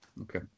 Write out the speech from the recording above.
Okay